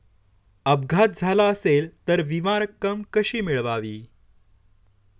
अपघात झाला असेल तर विमा रक्कम कशी मिळवावी?